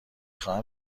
خواهم